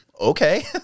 okay